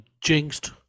jinxed